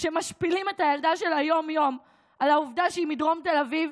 שמשפילים את הילדה שלה יום-יום על העובדה שהיא מדרום תל אביב,